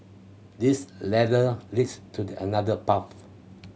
this ladder leads to the another path